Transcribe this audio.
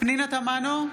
פנינה תמנו,